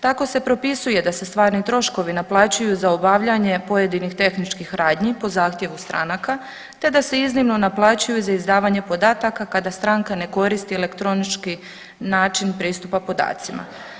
Tako se propisuje da se stvarni troškovi naplaćuju za obavljanje pojedinih tehničkih radnji po zahtjevu stranaka, te da se iznimno naplaćuju za izdavanje podataka kada stranka ne koristi elektronički način pristupa podacima.